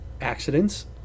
Accidents